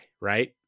right